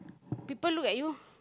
people look at you